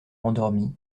rendormit